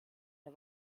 der